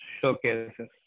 showcases